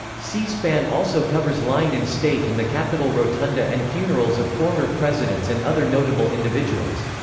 c-span also covers lying in state in the capitol rotunda and funerals of former presidents and other notable individuals.